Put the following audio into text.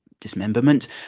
dismemberment